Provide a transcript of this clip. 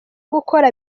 gukora